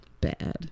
bad